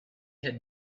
had